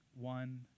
one